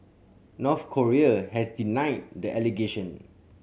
North Korea has denied the allegation